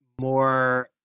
more